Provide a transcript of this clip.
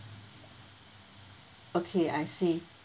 okay I see